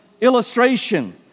illustration